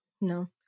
No